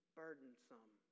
burdensome